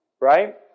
Right